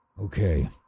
Okay